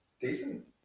decent